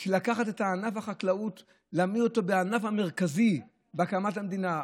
לקחת את ענף החקלאות ולהעביר אותו מהענף המרכזי בהקמת המדינה,